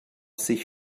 sich